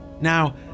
Now